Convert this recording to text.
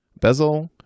bezel